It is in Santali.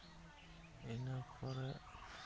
ᱤᱱᱟᱹᱯᱚᱨᱮ